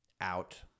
out